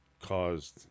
caused